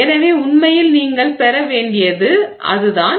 எனவே உண்மையில் நீங்கள் பெற வேண்டியது அது தான்